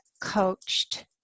coached